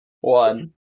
one